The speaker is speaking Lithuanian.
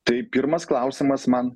tai pirmas klausimas man